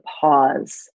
pause